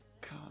God